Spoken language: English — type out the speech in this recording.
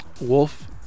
Wolf